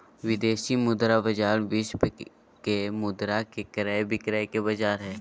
विदेशी मुद्रा बाजार विश्व के मुद्रा के क्रय विक्रय के बाजार हय